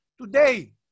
today